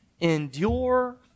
endure